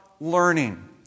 Learning